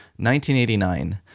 1989